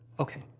okay.